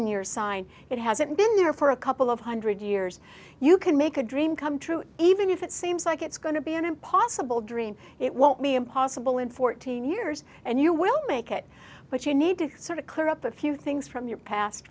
in your sign it hasn't been there for a couple of hundred years you can make a dream come true even if it seems like it's going to be an impossible dream it won't be impossible in fourteen years and you will make it but you need to sort of clear up a few things from your past